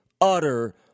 utter